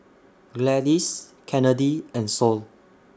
Gladis Kennedy and Sol